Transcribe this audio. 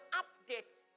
update